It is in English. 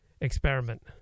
experiment